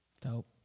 Dope